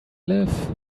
live